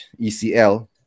ECL